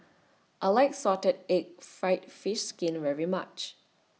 I like Salted Egg Fried Fish Skin very much